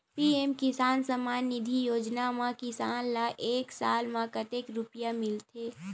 PM Kisan Samman Nidhi योजना म किसान ल एक साल म कतेक रुपिया मिलथे?